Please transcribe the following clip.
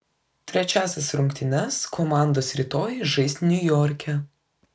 trečiąsias rungtynes komandos rytoj žais niujorke